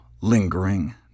lingering